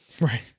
Right